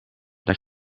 dat